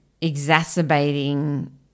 exacerbating